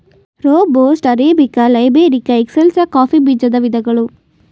robusta, arabica, liberica, excelsa coffee ಬೀಜದ ವಿಧಗಳು